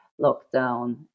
lockdown